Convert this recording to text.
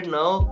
now